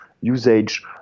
usage